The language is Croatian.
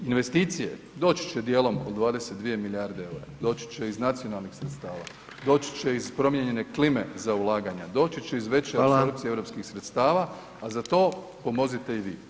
Investicije, doći će dijelom do 22 milijarde EUR-a, doći će iz nacionalnih sredstava, doći će iz promijenjene klime za ulaganja, doći će iz veće apsorpcije [[Upadica: Hvala.]] europskih sredstava, a za to pomozite i vi.